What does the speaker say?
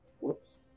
Whoops